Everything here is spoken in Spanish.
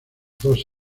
dos